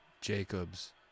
Jacobs